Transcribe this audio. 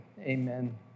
amen